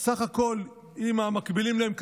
עם המקבילים להם,